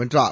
வென்றார்